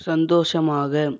சந்தோஷமாக